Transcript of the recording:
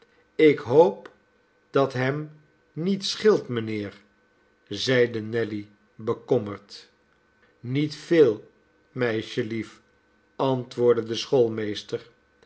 ik hoop dat hem niets scheelt mijnheer zeide nelly bekommerd niet veel meisjelief antwoordde de